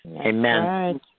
Amen